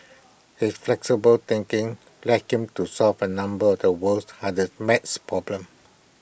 his flexible thinking led him to solve A number of the world's hardest math problems